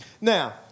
Now